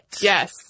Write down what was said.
Yes